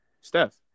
Steph